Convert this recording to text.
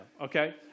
okay